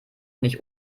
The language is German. nicht